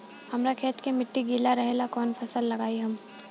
हमरा खेत के मिट्टी गीला रहेला कवन फसल लगाई हम?